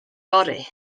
fory